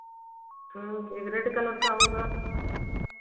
एक red colour का होगा